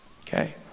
Okay